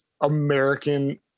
American